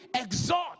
exhort